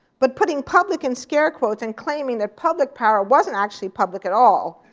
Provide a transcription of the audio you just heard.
but putting public in scare quotes and claiming that public power wasn't actually public at all,